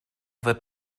wird